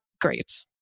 great